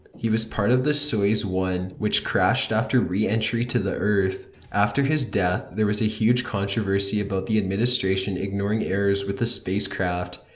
he was part of the soyuz one which crashed after re-entry to the earth. after his, there was a huge controversy about the administration ignoring errors with the spacecraft,